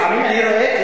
לפעמים אני רואה,